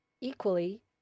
Equally